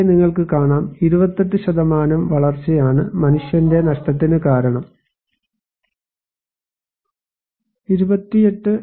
ഇവിടെ നിങ്ങൾക്ക് കാണാം 28 വരൾച്ചയാണ് മനുഷ്യന്റെ നഷ്ടത്തിന് കാരണം 28